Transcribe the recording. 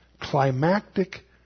climactic